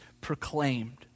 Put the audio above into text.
proclaimed